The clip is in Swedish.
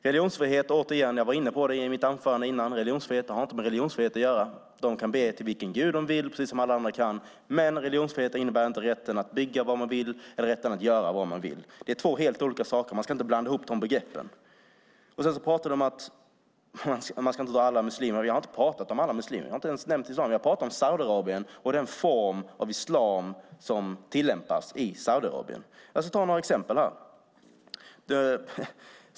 Detta har inte med religionsfrihet att göra, som jag var inne på i mitt tidigare anförande. De kan be till vilken gud de vill, precis som alla andra, men religionsfrihet innebär inte rätten att bygga vad man vill eller rätten att göra vad man vill. Det är två helt olika saker. Man ska inte blanda ihop de begreppen. Man ska inte dra alla muslimer över en kam, sade Stefan Attefall. Jag har inte pratat om alla muslimer. Jag pratar om Saudiarabien och den form av islam som tillämpas där. Jag ska ta några exempel.